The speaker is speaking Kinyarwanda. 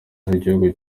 z’igihugu